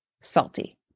salty